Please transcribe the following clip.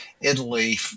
Italy